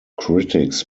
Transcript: critics